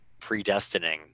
predestining